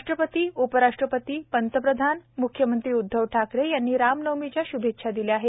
राष्ट्रपति उपराष्ट्रपती पंतप्रधान म्ख्य मंत्री यांनी रामनवमीच्या शुभेच्छा दिल्या आहेत